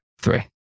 three